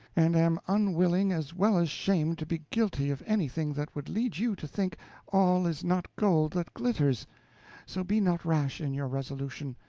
and am unwilling as well as ashamed to be guilty of anything that would lead you to think all is not gold that glitters so be not rash in your resolution.